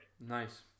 Nice